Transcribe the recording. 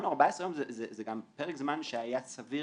14 יום זה גם פרק זמן שהיה סביר